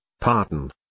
Pardon